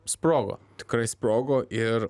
sprogo tikrai sprogo ir